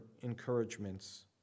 encouragements